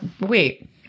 Wait